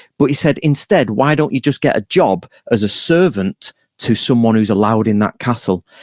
but he said instead, why don't you just get a job as a servant to someone who's allowed in that castle?